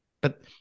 But-